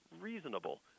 reasonable